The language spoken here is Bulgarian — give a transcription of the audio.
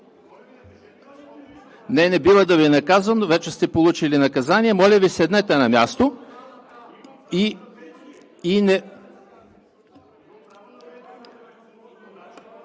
Не, не бива да Ви наказвам, но вече сте получили наказание. Моля Ви, седнете на място и не…